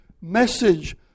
message